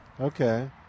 Okay